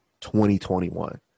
2021